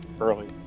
early